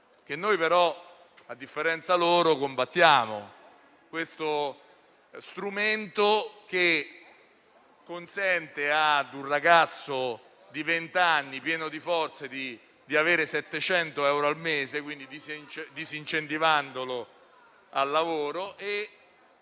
che noi, però, a differenza loro, combattiamo. È uno strumento che consente a un ragazzo di vent'anni pieno di forze di percepire 700 euro al mese, quindi disincentivandolo al lavoro,